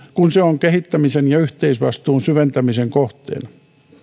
kun se on kehittämisen ja yhteisvastuun syventämisen kohteena